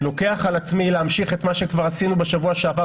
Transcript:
לוקח על עצמי להמשיך את מה שכבר עשינו בשבוע שעבר